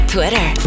Twitter